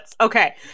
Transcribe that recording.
Okay